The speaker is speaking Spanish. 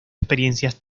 experiencias